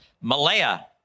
Malaya